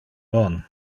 bon